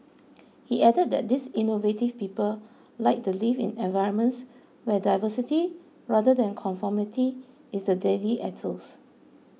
he added that these innovative people like to live in environments where diversity rather than conformity is the daily ethos